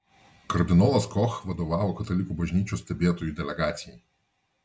kardinolas koch vadovavo katalikų bažnyčios stebėtojų delegacijai